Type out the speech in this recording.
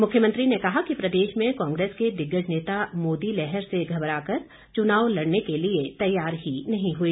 मुख्यमंत्री ने कहा कि प्रदेश में कांग्रेस के दिग्गज नेता मोदी लहर से घबरा कर चुनाव लड़ने के लिए तैयार ही नहीं हुए